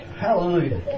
Hallelujah